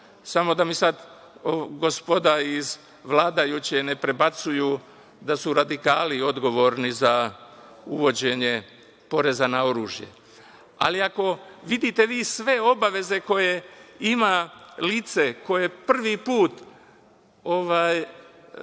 Samo da mi sad gospoda iz vladajuće ne prebacuju da su radikali odgovorni za uvođenje poreza na oružje. Ali, ako vidite sve obaveze koje ima lice koje prvi put